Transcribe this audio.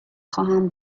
خواهم